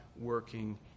working